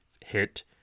hit